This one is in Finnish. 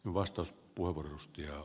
arvoisa puhemies